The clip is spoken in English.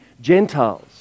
Gentiles